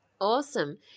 Awesome